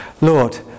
Lord